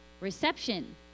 reception